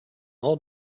all